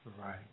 Right